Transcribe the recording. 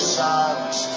silence